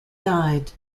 died